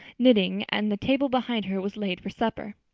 knitting, and the table behind her was laid for supper.